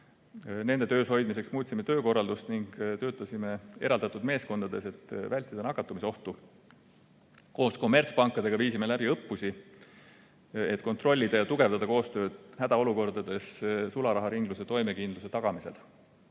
Nende töös hoidmiseks muutsime töökorraldust ning töötasime eraldatud meeskondades, et vältida nakatumisohtu. Koos kommertspankadega viisime läbi õppusi, et kontrollida ja tugevdada koostööd hädaolukordades sularaharingluse toimekindluse tagamisel.